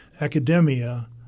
academia